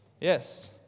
Yes